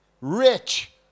Rich